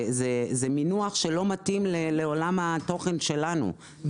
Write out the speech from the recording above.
זה מינוח שלא מתאים לעולם התוכן שלנו.